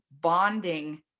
bonding